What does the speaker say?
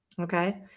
okay